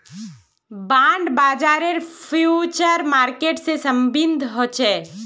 bond बाजारेर future market से सम्बन्ध ह छे